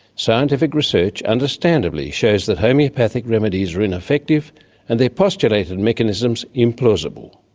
scientific research understandably shows that homeopathic remedies are ineffective and their postulated mechanisms implausible.